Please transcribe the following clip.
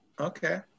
Okay